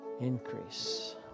Increase